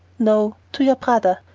no, to your brother.